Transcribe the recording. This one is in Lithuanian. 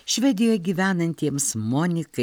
švedijoje gyvenantiems monikai